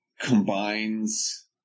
combines